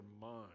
mind